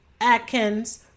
Atkins